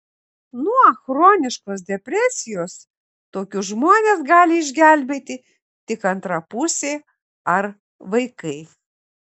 nuo chroniškos depresijos tokius žmones gali išgelbėti tik antra pusė ar vaikai